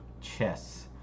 chess